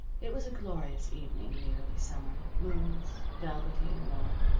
it was a glorious evening in the early summer, moonless, velvety, and warm.